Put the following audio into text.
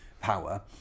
power